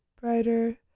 Brighter